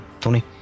tony